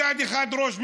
מצד אחד ראש ממשלה,